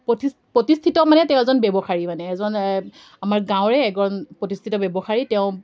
পতি প্ৰতিষ্ঠিত মানে তেওঁ এজন ব্যৱসায়ী মানে এজন আমাৰ গাঁৱৰে এজন প্ৰতিষ্ঠিত ব্যৱসায়ী তেওঁ